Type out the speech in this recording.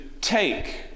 take